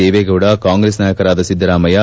Deve Gowda Congress ನಾಯಕರಾದ Siddaramaiah H